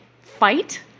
fight